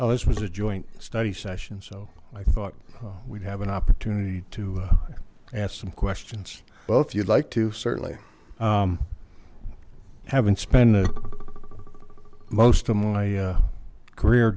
oh this was a joint study session so i thought we'd have an opportunity to ask some questions both you'd like to certainly haven't spent most of my career